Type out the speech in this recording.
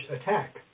attack